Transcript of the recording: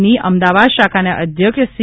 ની અમદાવાદ શાખાના અધ્યક્ષ સી